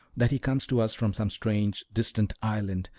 that he comes to us from some strange, distant island,